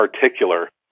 particular